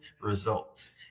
results